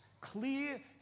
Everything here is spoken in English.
clear